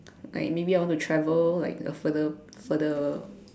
like maybe I want to travel like further further